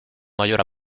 mayor